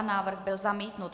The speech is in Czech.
Návrh byl zamítnut.